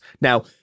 now